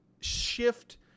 shift